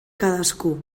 cadascú